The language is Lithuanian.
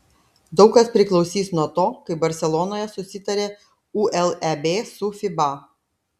daug kas priklausys nuo to kaip barselonoje susitarė uleb su fiba